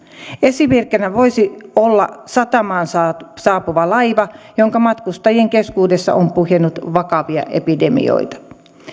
esimerkkinä voisi olla satamaan saapuva saapuva laiva jonka matkustajien keskuudessa on puhjennut vakavia epidemioita